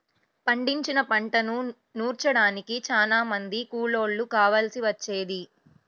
పండించిన పంటను నూర్చడానికి చానా మంది కూలోళ్ళు కావాల్సి వచ్చేది